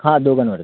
हां दोघांवर